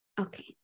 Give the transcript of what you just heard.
okay